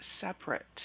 separate